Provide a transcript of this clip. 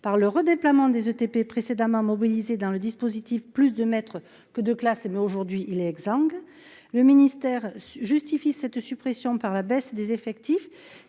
par le redéploiement des ETP précédemment mobilisés dans le dispositif plus de maîtres que de classes et mais aujourd'hui il est exsangue, le ministère justifie cette suppression par la baisse des effectifs